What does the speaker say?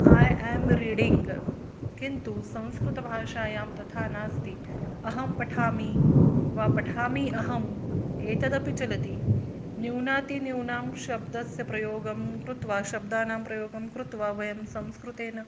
I am reading किन्तु संस्कृतभाषायां तथा नास्ति अहं पठामि वा पठामि अहम् एतदपि चलति न्यूनातिन्यूनं शब्दस्य प्रयोगं कृत्वा शब्दानां प्रयोगं कृत्वा वयं संस्कृतेन